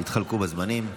הם התחלקו בזמנים.